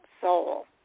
Soul